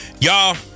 y'all